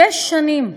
שש שנים.